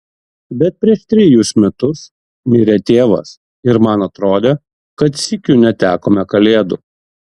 bet prieš trejus metus mirė tėvas ir man atrodė kad sykiu netekome kalėdų